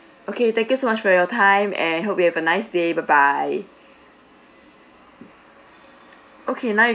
okay thank you so much for your time and hope you have a nice day bye bye okay now